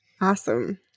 Awesome